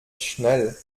schnell